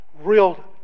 real